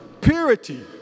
purity